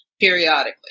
periodically